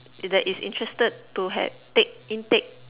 it is interested to had take intake